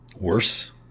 worse